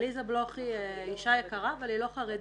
עליזה בלוך היא אישה יקרה אבל היא לא חרדית.